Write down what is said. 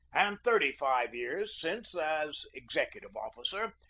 and thirty-five years since, as executive officer,